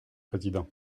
président